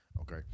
Okay